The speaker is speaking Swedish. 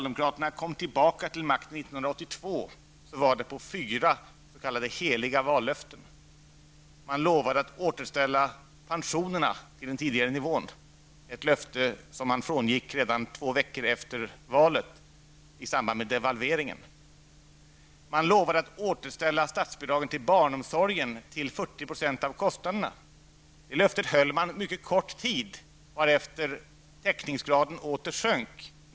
1982 var det på fyra s.k. heliga vallöften. Man lovade att återställa pensionerna till den tidigare nivån. Det löftet frångick man redan två veckor efter valet i samband med devalveringen. Man lovade att återställa statsbidragen till barnomsorgen till 40 % av kostnaderna. Det löftet höll man mycket kort tid, varefter täckningsgraden åter sjönk.